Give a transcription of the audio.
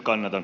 kannatan